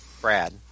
Brad